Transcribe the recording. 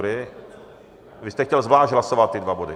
Vy jste chtěl zvlášť hlasovat ty dva body?